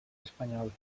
espanyols